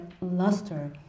Luster